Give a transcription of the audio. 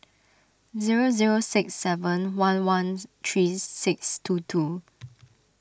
zero zero six seven one one three six two two